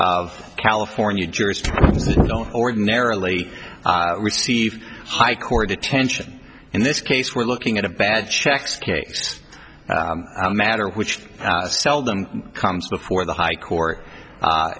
of california just don't ordinarily receive high court attention in this case we're looking at a bad checks case matter which seldom comes before the high court